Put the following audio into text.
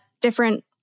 different